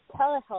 telehealth